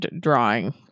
drawing